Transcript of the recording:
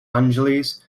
angeles